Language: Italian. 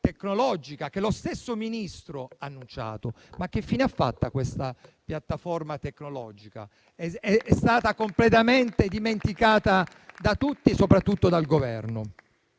tecnologica che lo stesso Ministro ha annunciato. Mi chiedo però che fine abbia fatto questa piattaforma tecnologica, che è stata completamente dimenticata da tutti, soprattutto dal Governo.